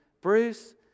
Bruce